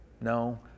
no